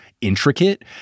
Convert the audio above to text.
intricate